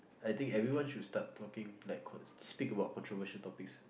I think everyone should start talking like speak about controversial topics